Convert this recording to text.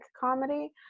comedy